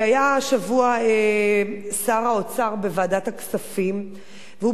והיה השבוע שר האוצר בוועדת הכספים והוא